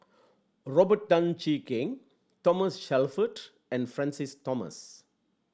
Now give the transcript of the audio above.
Robert Tan Jee Keng Thomas Shelford and Francis Thomas